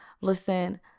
Listen